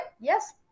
yes